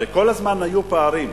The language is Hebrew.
הרי כל הזמן היו פערים.